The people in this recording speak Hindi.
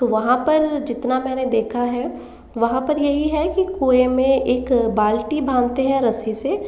तो वहाँ पर जितना मैंने देखा हैं वहाँ पर यही है की कुएँ में एक बाल्टी बाँधते हैं रस्सी से